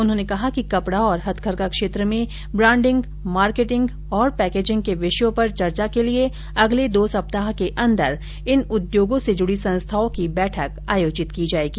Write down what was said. उन्होंने कहा कि केपड़ा और हथकरघा क्षेत्र में ब्रांडिंग मार्केटिंग और पैकेजिंग के विषयों पर चर्चा के लिए अगले दो सप्ताह के अंदर इन उद्योगों से जुडी संस्थाओं की बैठक आयोजित की जाएगी